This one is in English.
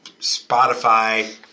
Spotify